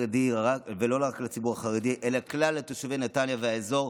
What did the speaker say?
ולא רק לציבור החרדי אלא לכלל תושבי נתניה והאזור.